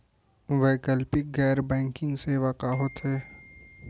वैकल्पिक गैर बैंकिंग सेवा का होथे?